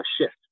shift